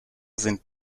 sind